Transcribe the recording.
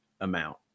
amount